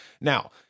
Now